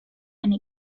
eine